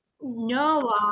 no